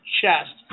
chest